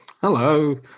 Hello